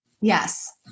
Yes